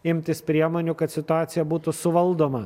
imtis priemonių kad situacija būtų suvaldoma